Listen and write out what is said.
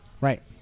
Right